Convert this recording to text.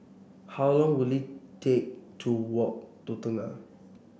how long will it take to walk to Tengah